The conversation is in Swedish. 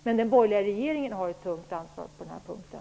Men den borgerliga regeringen har ett tungt ansvar på den här punkten.